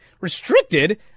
restricted